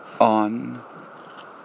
on